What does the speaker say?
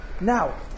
Now